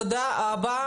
תודה רבה.